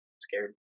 scared